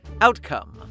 Outcome